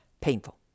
Painful